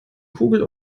kugel